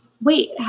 wait